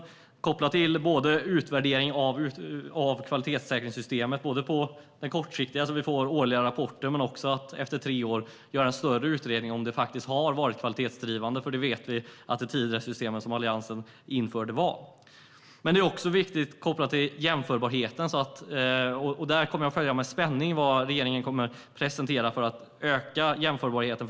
Det är kopplat till utvärderingen av kvalitetssäkringssystemet - både kortsiktigt genom den årliga rapporten och efter tre år genom en större utredning av om systemet har varit kvalitetsdrivande, för det vet vi att det tidigare system som Alliansen införde var. Det är också viktigt att koppla till jämförbarheten. Jag kommer med spänning att följa vad regeringen presenterar för att öka jämförbarheten.